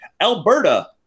Alberta